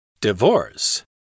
Divorce